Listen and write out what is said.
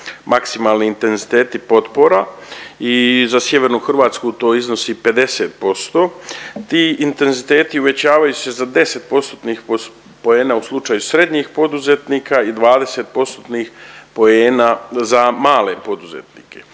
maksimalni intenziteti potpora i za sjevernu Hrvatsku to iznosi 50%. Ti intenziteti uvećavaju se za 10%-tnih poena u slučaju srednjih poduzetnika i 20%-tnih poena za male poduzetnike.